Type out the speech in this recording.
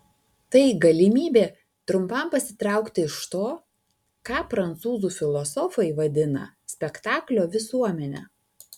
tai galimybė trumpam pasitraukti iš to ką prancūzų filosofai vadina spektaklio visuomene